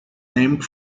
named